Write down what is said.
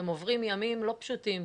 אתם עוברים ימים לא פשוטים.